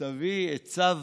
תביא את צו